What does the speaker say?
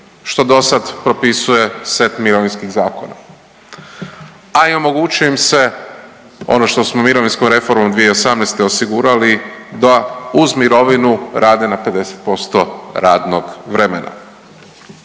što dosad propisuje set mirovinskih zakona, a i omogućuje im se ono što smo mirovinskom reformom 2018. osigurali da uz mirovinu rade na 50% radnog vremena.